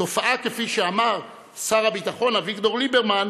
תופעה, כפי שאמר שר הביטחון אביגדור ליברמן,